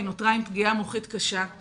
היא נותרה עם פגיעה מוחית קשה;